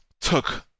took